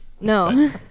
no